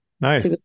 nice